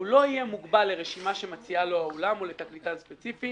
הוא לא יהיה מוגבל לרשימה שמציע לו האולם או לתקליטן ספציפי.